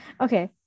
Okay